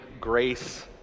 Grace